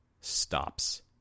stops